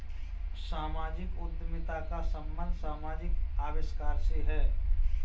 सामाजिक उद्यमिता का संबंध समाजिक आविष्कार से है